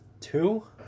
two